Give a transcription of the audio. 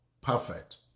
perfect